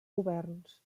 governs